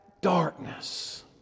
darkness